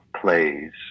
plays